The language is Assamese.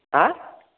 হা